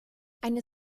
eine